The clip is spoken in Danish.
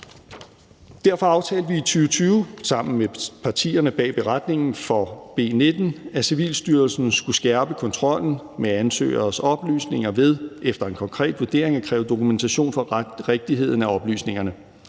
Derfor aftalte vi i 2020 sammen med partierne bag beretningen over B 19, at Civilstyrelsen skulle skærpe kontrollen med ansøgeres oplysninger ved efter en konkret vurdering at kræve dokumentation for rigtigheden af oplysningerne.